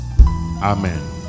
amen